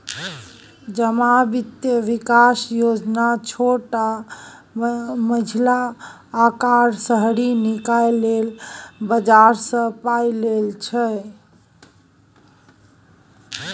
जमा बित्त बिकासक योजना छोट आ मँझिला अकारक शहरी निकाय लेल बजारसँ पाइ लेल छै